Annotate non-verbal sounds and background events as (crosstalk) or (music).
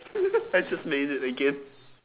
(laughs) I just made it again